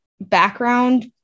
background